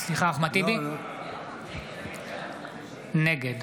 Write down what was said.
טיבי, נגד